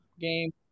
Game